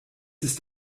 ist